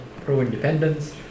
pro-independence